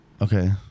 Okay